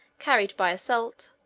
carried by assault,